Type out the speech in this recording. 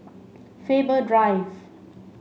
Faber Drive